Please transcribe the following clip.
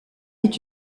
est